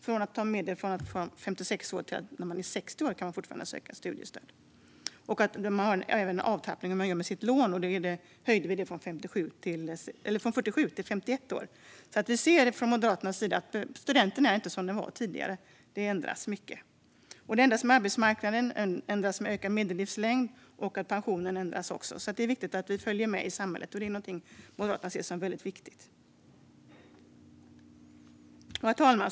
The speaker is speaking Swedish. Från att gränsen tidigare var 56 år kan man nu söka studiestöd upp till gränsen 60 år. Nedtrappningen i rätten att låna höjdes från 47 till 51 år. Studenterna är inte som tidigare. Arbetsmarknaden förändras, medellivslängden ökar och pensionsåldern ändras. Det är viktigt att vi följer med i samhället, och det anser Moderaterna är viktigt. Herr talman!